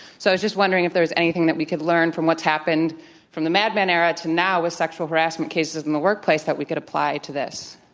so was just wondering if there was anything that we could learn from what's happened from the mad men era to now with sexual harassment cases in the workplace that we could apply to this.